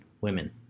women